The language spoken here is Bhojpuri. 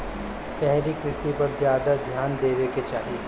शहरी कृषि पर ज्यादा ध्यान देवे के चाही